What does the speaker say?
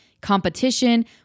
competition